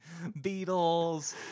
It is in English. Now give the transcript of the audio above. Beatles